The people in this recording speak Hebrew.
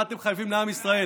מה אתם חייבים לעם ישראל.